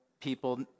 people